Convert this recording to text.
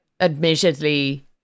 admittedly